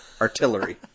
artillery